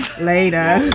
later